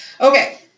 Okay